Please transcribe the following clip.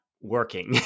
working